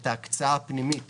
את ההקצאה הפנימית